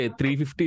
350